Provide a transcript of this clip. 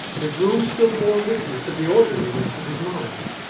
his room still bore witness of the orderliness of his mind.